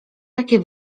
takie